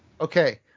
Okay